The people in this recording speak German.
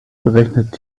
berechnet